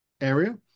area